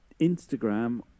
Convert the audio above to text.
Instagram